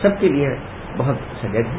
सबके लिए बहुत सजग हैं